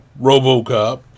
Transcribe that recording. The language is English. RoboCop